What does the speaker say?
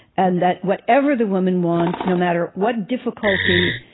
and that whatever the woman wants, no matter what difficulty,